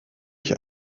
ich